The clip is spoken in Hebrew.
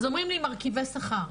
אז אומרים לי, מרכיבי שכר.